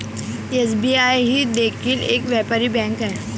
SBI ही देखील एक व्यापारी बँक आहे